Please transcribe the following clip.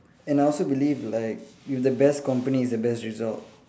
and I also believe like with the best company is the best result